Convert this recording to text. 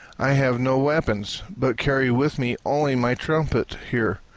i have no weapons, but carry with me only my trumpet here.